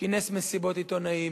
כינס מסיבות עיתונאים,